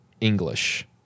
english